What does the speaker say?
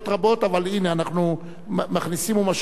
אנחנו מכניסים ומשחילים אותן תוך כדי.